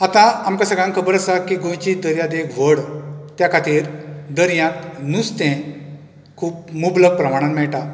आतां आमकां सगळ्यांक खबर आसा की गोंयची दर्यादेग व्हड त्या खातीर दर्यांत नुस्तें खूब मुग्लक प्रमाणान मेळटा